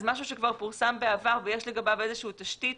אז משהו שכבר פורסם בעבר ויש לגביו איזה שהיא תשתית,